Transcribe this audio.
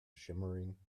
shimmering